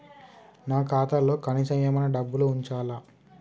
నా ఖాతాలో కనీసం ఏమన్నా డబ్బులు ఉంచాలా?